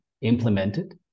implemented